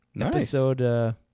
Episode